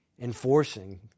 enforcing